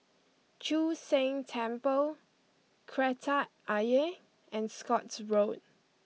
Chu Sheng Temple Kreta Ayer and Scotts Road